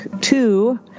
two